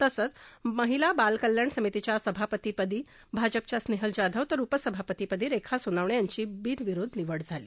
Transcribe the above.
तसंच महिला बाल कल्याण समितीच्या सभापती पदी भाजपच्या स्नेहल जाधव तर उपसभापती पदी रेखा सोनवणे यांची बिनविरोध निवड झाली